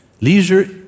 leisure